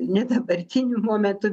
nedabartiniu momentu